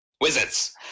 wizards